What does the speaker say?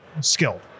skilled